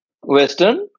Western